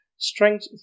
Strength